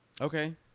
Okay